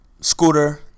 Scooter